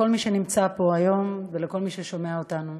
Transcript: לכל מי שנמצא פה היום ולכל מי ששומע אותנו